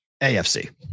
AFC